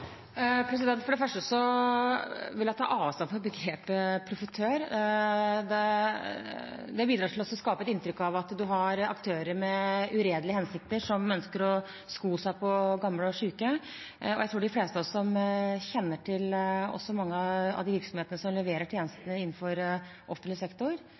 For det første vil jeg ta avstand fra begrepet «profitør». Det bidrar til å skape et inntrykk av at man har aktører med uredelige hensikter, som ønsker å sko seg på gamle og syke. Jeg tror de fleste av oss som også kjenner til mange av de virksomhetene som leverer tjenester til offentlig sektor,